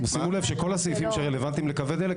ושימו לב שכל הסעיפים שרלוונטיים לקווי דלק,